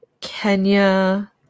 Kenya